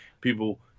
people